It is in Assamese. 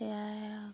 সেয়া আৰু কৰোঁ